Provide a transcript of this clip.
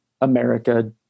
America